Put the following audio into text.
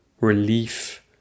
relief